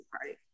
party